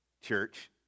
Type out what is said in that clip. church